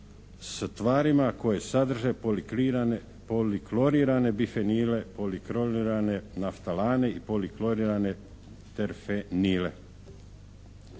s tvarima koje sadrže poliklorirane bifenile, poliklorirane naftalane i poliklorirane terfenile.